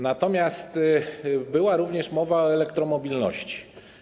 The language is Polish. Natomiast była również mowa o elektromobilności.